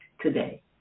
today